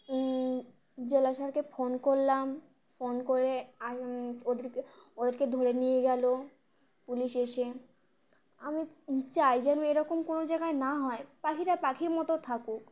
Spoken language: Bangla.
জেলা স্যারকে ফোন করলাম ফোন করে ওদেরকে ওদেরকে ধরে নিয়ে গেল পুলিশ এসে আমি চাই যেন এরকম কোনো জায়গায় না হয় পাখিরা পাখির মতো থাকুক